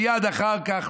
מייד אחר כך,